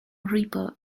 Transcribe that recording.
reaper